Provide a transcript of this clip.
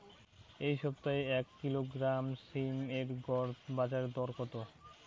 এই সপ্তাহে এক কিলোগ্রাম সীম এর গড় বাজার দর কত?